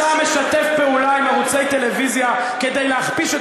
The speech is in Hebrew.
אתה משתף פעולה עם ערוצי טלוויזיה כדי להכפיש את